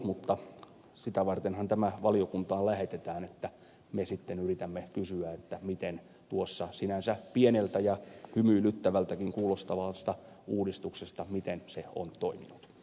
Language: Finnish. mutta sitä vartenhan tämä valiokuntaan lähetetään että me sitten yritämme kysyä miten tuo sinänsä pieneltä ja hymyilyttävältäkin kuulostava uudistus on toiminut